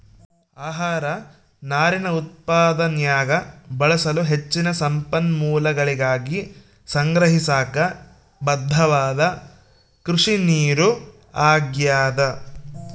ಆಹಾರ ನಾರಿನ ಉತ್ಪಾದನ್ಯಾಗ ಬಳಸಲು ಹೆಚ್ಚಿನ ಸಂಪನ್ಮೂಲಗಳಿಗಾಗಿ ಸಂಗ್ರಹಿಸಾಕ ಬದ್ಧವಾದ ಕೃಷಿನೀರು ಆಗ್ಯಾದ